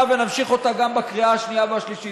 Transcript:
ונמשיך אותה גם בקריאה השנייה והשלישית.